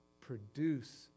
produce